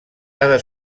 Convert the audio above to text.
cada